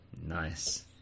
Nice